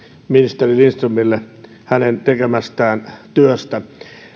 ministeri lindströmille hänen tekemästään työstä